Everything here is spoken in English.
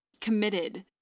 committed